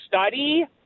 study